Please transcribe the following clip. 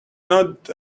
not